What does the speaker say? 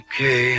Okay